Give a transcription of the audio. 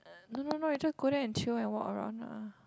no no no I just go there and chill and walk around lah